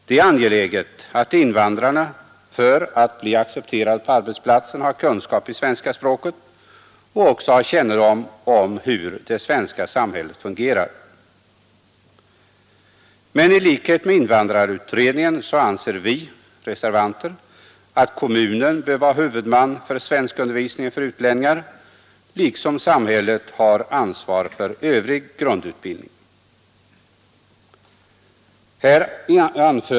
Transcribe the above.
Det är angeläget att invandrarna för att bli accepterade på arbetsplatsen har kunskap i svenska språket och också har kännedom om hur det svenska samhället fungerar. Men i likhet med invandrarutredningen anser vi reservanter att kommunen bör vara huvudman för svenskundervisningen för utlänningar liksom samhället har ansvar för övrig grundutbildning.